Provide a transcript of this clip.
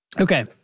Okay